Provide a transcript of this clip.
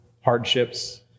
hardships